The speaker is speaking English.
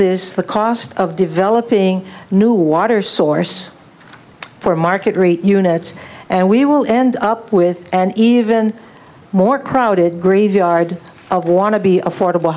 this the cost of developing new water source for market rate units and we will end up with an even more crowded graveyard of want to be affordable